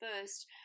first